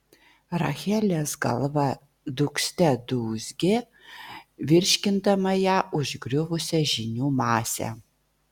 rachelės galva dūgzte dūzgė virškindama ją užgriuvusią žinių masę